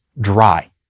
dry